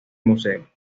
museo